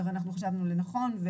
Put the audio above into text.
וחשבנו לנכון,